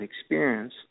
experience